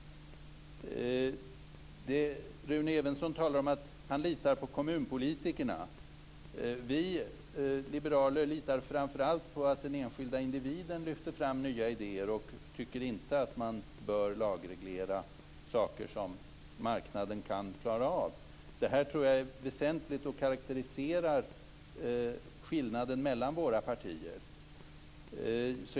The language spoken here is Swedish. Rune Evensson talar om att han litar på kommunpolitikerna. Vi liberaler litar framför allt på att den enskilda individen lyfter fram nya idéer. Vi tycker inte att man bör lagreglera saker som marknaden kan klara av. Det här tror jag är väsentligt. Jag tror att det karakteriserar skillnaden mellan våra partier.